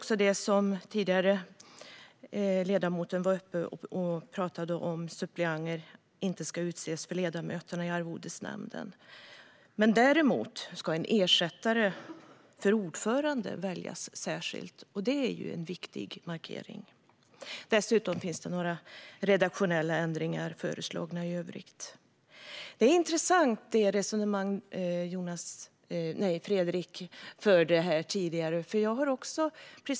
Som tidigare ledamot nämnde föreslås också att det inte ska utses suppleanter för ledamöterna i arvodesnämnden. Dock ska en ersättare för ordföranden väljas särskilt, vilket är en viktig markering. I övrigt föreslås några redaktionella ändringar. Fredrik Erikssons resonemang är intressant.